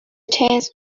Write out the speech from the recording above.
chance